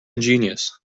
ingenious